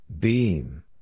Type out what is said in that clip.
Beam